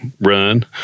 run